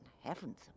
heavens